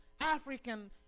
African